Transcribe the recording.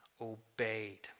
Obeyed